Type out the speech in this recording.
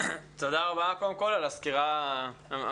תודה רבה קודם כל על הסקירה המקיפה.